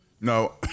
No